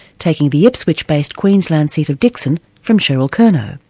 taking the ipswich-based queensland seat of dickson from cheryl kernot.